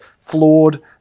flawed